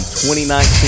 2019